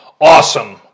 awesome